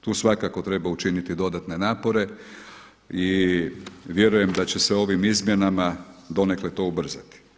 Tu svakako treba učiniti dodatne napore i vjerujem da će se ovim izmjenama donekle to ubrzati.